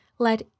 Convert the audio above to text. Let